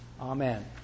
Amen